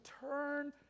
turn